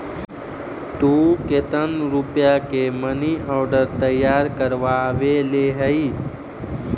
तु केतन रुपया के मनी आर्डर तैयार करवैले हहिं?